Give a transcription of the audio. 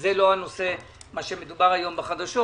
שזה לא הנושא שעליו מדובר היום בחדשות,